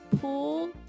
Pool